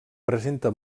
presenta